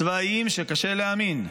צבאיים, קשה להאמין.